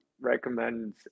recommend